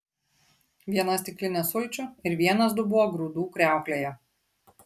viena stiklinė sulčių ir vienas dubuo grūdų kriauklėje